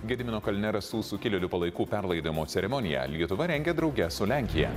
gedimino kalne rastų sukilėlių palaikų perlaidojimo ceremoniją lietuva rengia drauge su lenkija